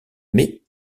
mais